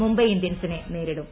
മുംബൈ ഇന്ത്യൻസിനെ നേരിടും